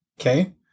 Okay